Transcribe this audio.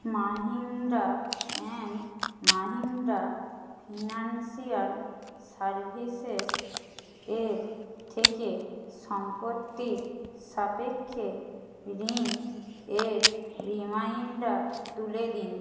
Mahindra and Mahindra financial services এর থেকে সম্পত্তির সাপেক্ষে ঋণের রিমাইন্ডার তুলে দিন